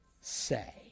say